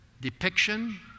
depiction